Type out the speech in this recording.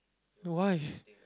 no why